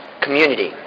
Community